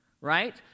right